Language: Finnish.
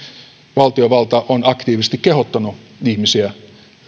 valtiovalta on aktiivisesti kehottanut ihmisiä